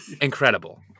Incredible